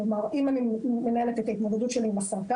זאת אומרת אם אני מנהלת את ההתמודדות שלי עם הסרטן